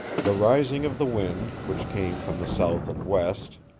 the rising of the wind, which came from the south and west,